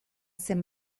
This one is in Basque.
zen